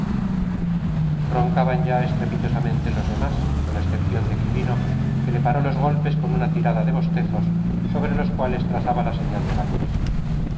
dormido roncaban ya estrepitosamente los demás con excepción de quilino que le paró los golpes con una tirada de bostezos sobre los cuales trazaba la señal de la cruz